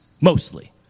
Mostly